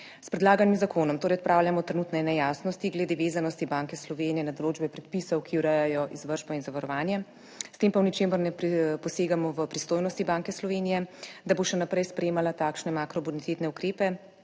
S predlaganim zakonom torej odpravljamo trenutne nejasnosti glede vezanosti Banke Slovenije na določbe predpisov, ki urejajo izvršbo in zavarovanje, s tem pa v ničemer ne posegamo v pristojnosti Banke Slovenije, da bo še naprej sprejemala takšne makrobonitetne ukrepe,